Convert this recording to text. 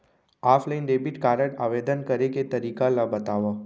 Offline debit card आवेदन करे के तरीका ल बतावव?